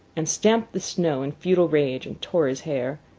and stamped the snow in futile rage, and tore his hair.